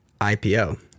IPO